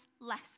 less